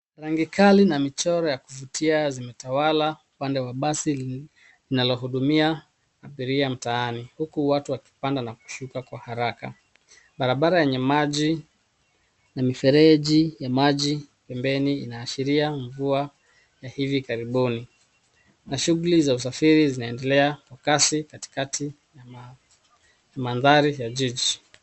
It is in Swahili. Rangi Kali na michoro ya kuvutia zimetawala upande wa basi linalohudumia abiria mtaani, huku watu wakipanda na kushuka kwa haraka. Barabara yenye maji na mifereji ya maji pembeni inaashiria mvua ya hivi karibuni, na shughli za usafiri zinaendelea kwa kasi katikati ya mandhari ya jiji.